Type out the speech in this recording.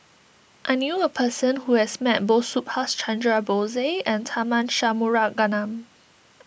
I knew a person who has met both Subhas Chandra Bose and Tharman Shanmugaratnam